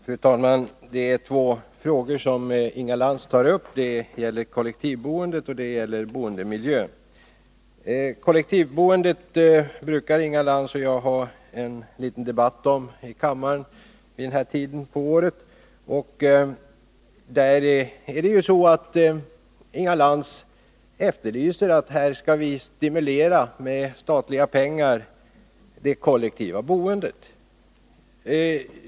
Fru talman! Det är två frågor som Inga Lantz tar upp, kollektivboendet och boendemiljön. Inga Lantz och jag brukar ha en liten debatt här i kammaren om kollektivboendet vid den här tiden på året. Inga Lantz efterlyser stimulans av det kollektiva boendet med statliga pengar.